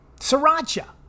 Sriracha